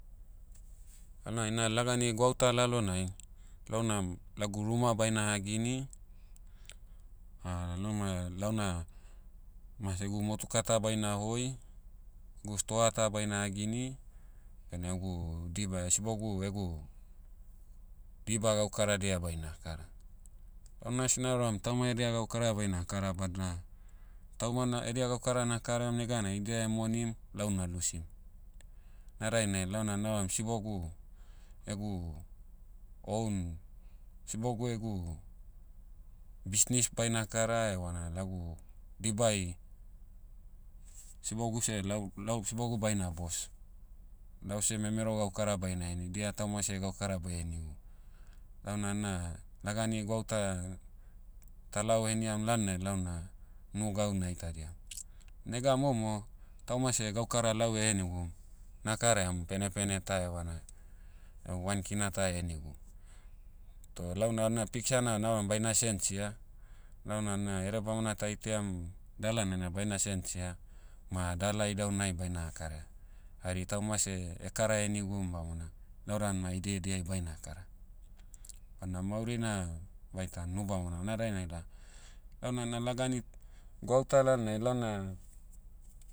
Lana ina lagani gwauta lalonai, launa lagu ruma baina hagini, lauma- launa, masegu motuka ta baina hoi, gu stoa ta baina hagini, bena egu diba- sibogu egu, diba gaukaradia baina kara. Launa asi nauram tauma edia gaukara baina kara badna, tauma na edia gaukara nakaram neganai idia monim lau na lusim. Na dainai launa nauram sibogu, egu, own, sibogu egu, bisnis baina kara evana lagu, dibai, sibogu seh lau- lau sibogu baina boss. Lau seh memero gaukara baina heni dia tauma seh gaukara bae henigu. Launa na, lagani gwauta, talao heniam lalnai launa, unu gau naitadiam. Nega momo, tauma seh gaukara lau ehenigum, na karaiam penepene ta evana, au one kina ta ehenigum. Toh launa na piksa na nauram baina sensia, launa na edebamona ta itaiam, dalana na baina sensia, ma dala idaunai baina ha karaia. Hari tauma seh kara henigum bamona, lau dan ma idia ediai baina kara. Bana mauri na, vaitan nubamona una dainai da, launa na lagani, gwauta lalnai lana,